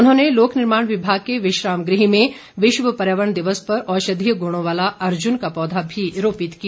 उन्होंने लोकनिर्माण विभाग के विश्राम गृह में विश्व पर्यावरण दिवस पर औषधीय गुणों वाला अर्जुन का पौधा भी रोपित किया